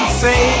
say